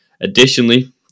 Additionally